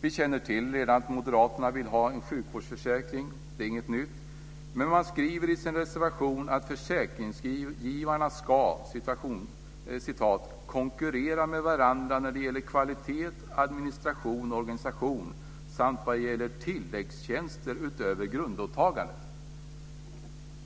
Vi känner redan till att moderaterna vill ha en sjukvårdsförsäkring. Det är inget nytt. Men de skriver i sin reservation: "Försäkringskassorna ska konkurrera med varandra när det gäller kvalitet, administration och organisation samt vad gäller tilläggstjänster utöver grundåtagandet."